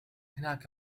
هناك